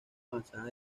avanzadas